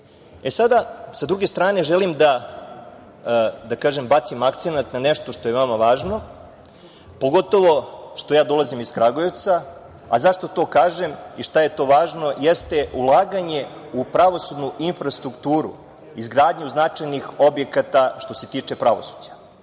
sa druge strane želim da, da kažem, bacim akcenat na nešto što je veoma važno, pogotovo što ja dolazim iz Kragujevca. Zašto to kažem i šta je to važno, jeste ulaganje u pravosudnu infrastrukturu, izgradnju značajnih objekata što se tiče pravosuđa.